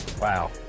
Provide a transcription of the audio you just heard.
Wow